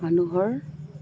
মানুহৰ